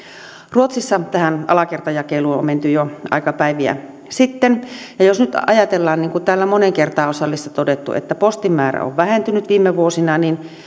ruotsissa tähän alakertajakeluun on menty jo aikapäiviä sitten ja jos nyt ajatellaan niin kuin täällä moneen kertaan on salissa todettu että postin määrä on vähentynyt viime vuosina niin